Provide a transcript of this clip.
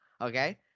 okay